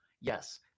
Yes